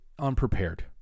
Unprepared